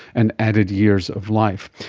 and added years of life.